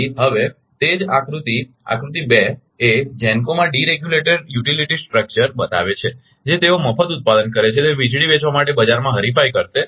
હવે તેથી જ તે આકૃતિ 2 આકૃતિ 2 એ જેન્કોમાં ડિરેગ્યુલેટેડ યુટિલિટી સ્ટ્રક્ચર બતાવે છે જે તેઓ મફત ઉત્પાદન કરે તે વીજળી વેચવા માટે બજારમાં હરિફાઇ કરશે